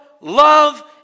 love